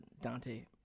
Dante